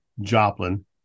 Joplin